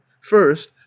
first